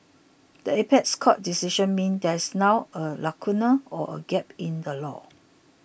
the apex court's decision means there is now a lacuna or a gap in the law